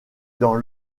dans